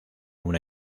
una